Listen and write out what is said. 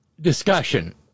discussion